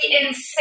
insane